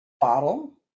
bottle